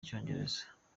icyongereza